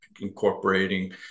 incorporating